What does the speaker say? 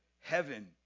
heaven